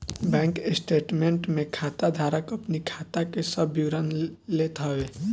bank statement में खाता धारक अपनी खाता के सब विवरण लेत हवे